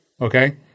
okay